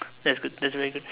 that's good that's very good